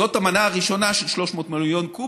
זאת המנה הראשונה של 300 מיליון קוב,